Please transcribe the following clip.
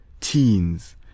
teens